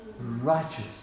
righteous